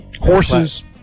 horses